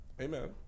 Amen